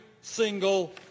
single